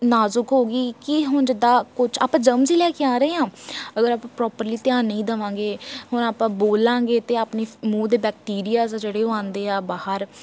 ਨਾਜ਼ੁਕ ਹੋ ਗਈ ਕਿ ਹੁਣ ਜਿੱਦਾਂ ਕੁਝ ਆਪਾਂ ਜਰਮਸ ਹੀ ਲੈ ਕੇ ਆ ਰਹੇ ਹਾਂ ਅਗਰ ਆਪਾਂ ਪ੍ਰੋਪਰਲੀ ਧਿਆਨ ਨਹੀਂ ਦੇਵਾਂਗੇ ਹੁਣ ਆਪਾਂ ਬੋਲਾਂਗੇ ਤਾਂ ਆਪਣੀ ਮੂੰਹ ਦੇ ਬੈਕਟੀਰੀਆਜ਼ ਜਿਹੜੇ ਉਹ ਆਉਂਦੇ ਆ ਬਾਹਰ